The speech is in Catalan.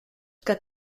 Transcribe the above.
que